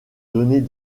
donner